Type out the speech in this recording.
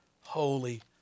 Holy